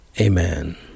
Amen